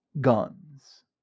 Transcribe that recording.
guns